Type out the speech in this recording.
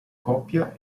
coppia